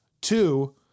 Two